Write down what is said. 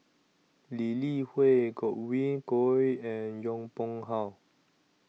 Lee Li Hui Godwin Koay and Yong Pung How